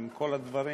עם כל הדברים,